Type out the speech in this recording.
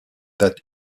that